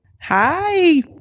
Hi